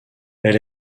elle